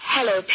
Hello